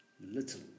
little